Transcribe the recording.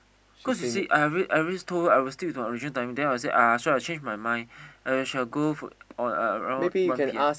cause you see I already I already told her I will stick to the original timing then I will said I I so I change my mind I shall go on on around one P_M